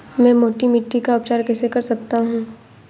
मैं मोटी मिट्टी का उपचार कैसे कर सकता हूँ?